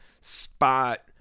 Spot